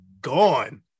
gone